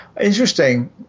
Interesting